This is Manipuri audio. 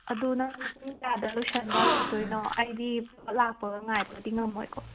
ꯑꯗꯣ ꯅꯪ ꯄꯨꯡ ꯀꯌꯥꯗ ꯂꯣꯏꯁꯟꯕ ꯂꯣꯏꯗꯣꯏꯅꯣ ꯑꯩꯗꯤ ꯂꯥꯛꯄꯒ ꯉꯥꯏꯕꯒꯗꯤ ꯉꯝꯃꯣꯏꯀꯣ